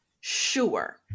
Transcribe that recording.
sure